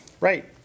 Right